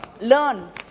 learn